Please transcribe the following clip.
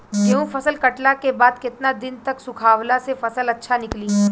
गेंहू फसल कटला के बाद केतना दिन तक सुखावला से फसल अच्छा निकली?